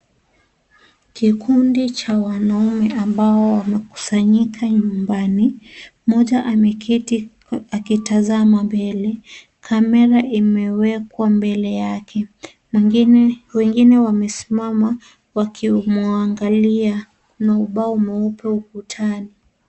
Kikundi cha wanawake ambao wamekusanyika nyumbani, mmoja ameketi akitazama mbele, camera imewekwa mbele yake, wengine wamesimama wakimwangalia, kuna ubao mweupe ukutani.